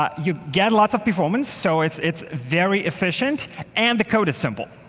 ah you get lots of performance, so it's it's very efficient and the code is simple.